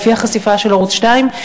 לפי החשיפה של ערוץ 2,